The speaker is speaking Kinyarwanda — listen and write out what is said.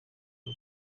ari